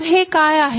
तर हे काय आहे